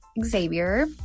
Xavier